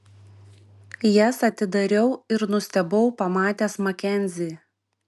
jas atidariau ir nustebau pamatęs makenzį